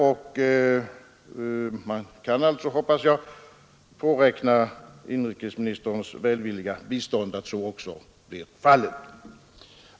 Man kan alltså, hoppas jag, påräkna inrikesministerns välvilliga bistånd för att så skall bli fallet.